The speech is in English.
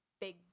big